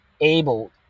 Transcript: able